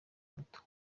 moto